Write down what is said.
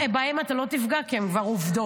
בהן אתה כבר לא תפגע כי הן כבר עובדות.